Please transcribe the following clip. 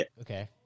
Okay